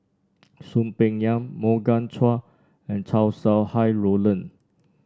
Soon Peng Yam Morgan Chua and Chow Sau Hai Roland